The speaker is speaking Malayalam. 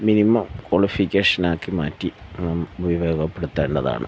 മിനിമം ക്വാളിഫിക്കേഷൻ ആക്കി മാറ്റി ഉപയോഗപ്പെടുത്തേണ്ടതാണ്